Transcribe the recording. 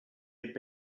had